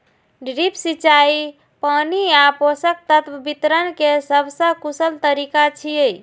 drip सिंचाई पानि आ पोषक तत्व वितरण के सबसं कुशल तरीका छियै